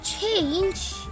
change